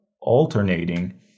alternating